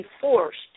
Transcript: forced